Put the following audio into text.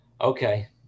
Okay